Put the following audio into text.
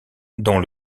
dont